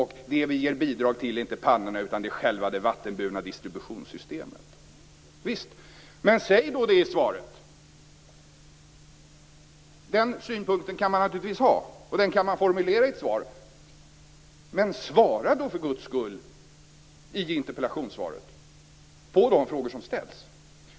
Bidragen ges inte till pannorna utan till det vattenburna distributionssystemet. Men säg då det i svaret! Den synpunkten kan man naturligtvis ha, och den kan man formulera i ett svar. Men svara då för Guds skull i interpellationssvaret på de frågor som ställs!